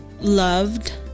loved